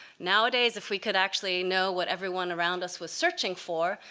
nowadays if we could actually know what everyone around us was searching for,